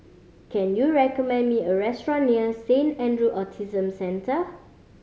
can you recommend me a restaurant near Saint Andrew Autism Centre